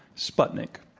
sputnik.